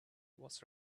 was